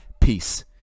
Peace